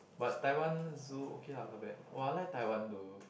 but Taiwan zoo okay lah not bad !wah! I like Taiwan though